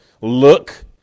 look